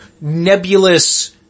nebulous